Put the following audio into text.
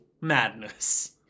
Madness